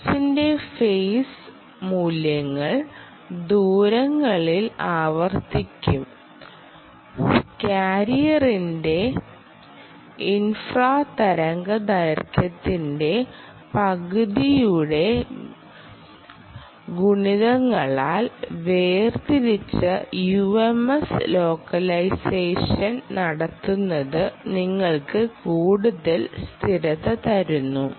കോഴ്സിന്റെ ഫെയ്സ് മൂല്യങ്ങൾ ദൂരങ്ങളിൽ ആവർത്തിക്കും കാരിയറിന്റെ ഇൻഫ്രാ തരംഗദൈർഘ്യത്തിന്റെ പകുതിയുടെ ഗുണിതങ്ങളാൽ വേർതിരിച്ച ums ലോക്കലൈസേഷൻനടത്തുന്നത് നിങ്ങൾക്ക് കൂടുതൽ സ്ഥിരത തരുന്നു